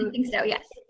um think, so. yes.